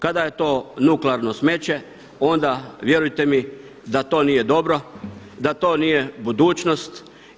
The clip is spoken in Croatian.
Kada je to nuklearno smeće onda vjerujte mi da to nije dobro, da to nije budućnost.